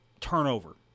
turnover